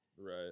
Right